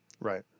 right